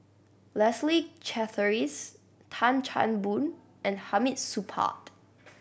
Leslie Charteris Tan Chan Boon and Hamid Supaat